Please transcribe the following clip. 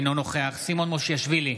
אינו נוכח סימון מושיאשוילי,